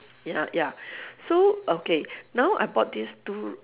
ya ya so okay now I bought this two uh